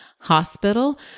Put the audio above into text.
hospital